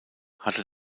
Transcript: hatte